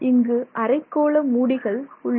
இங்கு அரைக்கோள மூடிகள் உள்ளன